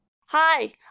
Hi